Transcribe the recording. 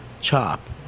chop